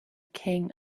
king